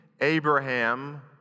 Abraham